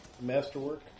masterwork